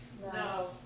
No